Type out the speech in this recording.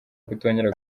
kutongera